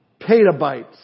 petabytes